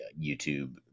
YouTube